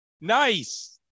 Nice